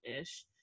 ish